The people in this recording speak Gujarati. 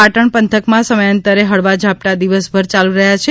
પાટણ પંથકમાં સમથાંતરે હળવા ઝાપટાં દિવસભર યાલુ રહ્યાં છે